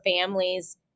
families